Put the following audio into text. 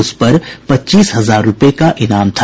उस पर पच्चीस हजार रूपये का इनाम था